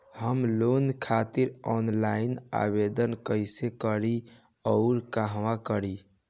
हम लोन खातिर ऑफलाइन आवेदन कइसे करि अउर कहवा करी?